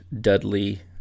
dudley